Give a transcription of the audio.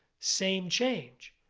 same change.